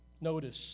Notice